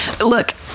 Look